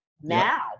now